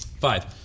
Five